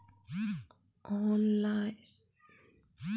Loan online आर offline दोनों किसम के भरवा सकोहो ही?